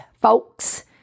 folks